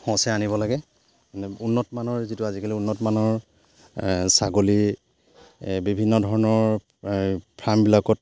সঁচহে আনিব লাগে মানে উন্নত মানৰ যিটো আজিকালি উন্নত মানৰ ছাগলী বিভিন্ন ধৰণৰ ফাৰ্মবিলাকত